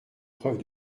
preuve